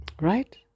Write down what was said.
Right